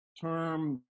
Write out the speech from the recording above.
term